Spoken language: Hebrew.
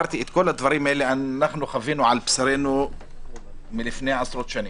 את כל הדברים האלה אנחנו חווינו על בשרנו מלפני עשרות שנים.